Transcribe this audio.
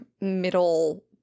middle